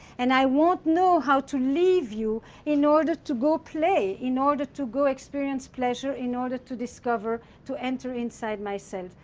and i won't know how to leave you in order to go play, in order to go experience pleasure, in order to discover, to enter inside myself.